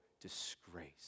disgrace